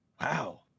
wow